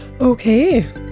okay